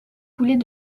poulet